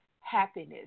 happiness